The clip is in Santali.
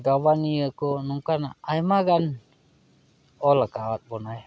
ᱜᱟᱵᱟᱱᱤᱭᱟᱹ ᱠᱚ ᱱᱚᱝᱠᱟᱱᱟᱜ ᱟᱭᱢᱟ ᱜᱟᱱ ᱚᱞ ᱟᱠᱟᱣᱟᱫ ᱵᱚᱱᱟ